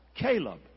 Caleb